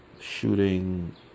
Shooting